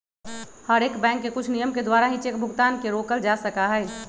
हर एक बैंक के कुछ नियम के द्वारा ही चेक भुगतान के रोकल जा सका हई